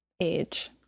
age